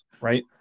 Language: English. right